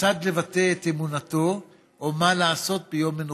כיצד לבטא את אמונתו או מה לעשות ביום מנוחתו.